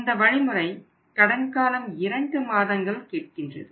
இந்த வழிமுறை கடன் காலம் 2 மாதங்கள் கேட்கின்றது